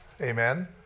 amen